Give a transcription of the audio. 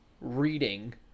reading